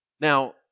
Now